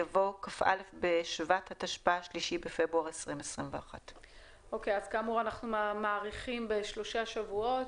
יבוא "כ"א בשבט התשפ"א (3 בפברואר 2021)". אנחנו מאריכים בארבעה שבועות.